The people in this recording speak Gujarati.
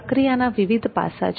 પ્રક્રિયાના વિવિધ પાસા છે